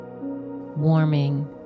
warming